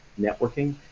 networking